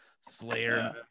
Slayer